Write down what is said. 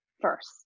first